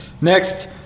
Next